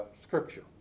scripture